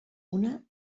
una